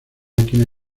máquina